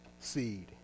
seed